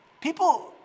People